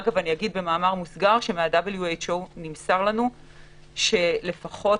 במאמר מוסגר אני אגיד שמה-WHO נמסר לנו שלפחות